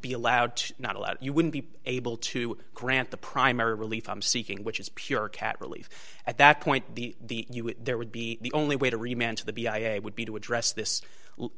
be allowed to not allowed you wouldn't be able to grant the primary relief i'm seeking which is pure cat relief at that point the there would be the only way to remain to the b i a would be to address this